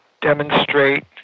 demonstrate